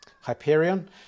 Hyperion